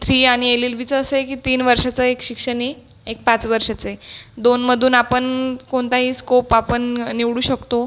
three आणि L L बीचं असं आहे की तीन वर्षाचं एक शिक्षण आहे एक पाच वर्षाचं आहे दोनमधून आपण कोणताही स्कोप आपण निवडू शकतो